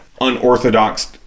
unorthodox